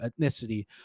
ethnicity